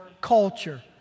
culture